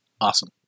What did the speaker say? awesome